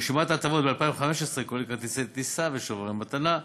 רשימת ההטבות ב-2015 כוללת כרטיסי טיסה ושוברי מתנה.